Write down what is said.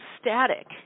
static